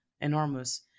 enormous